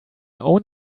own